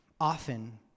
Often